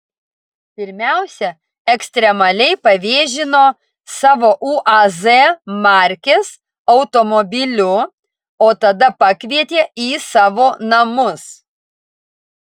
pirmiausia ekstremaliai pavėžino savo uaz markės automobiliu o tada pakvietė į savo namus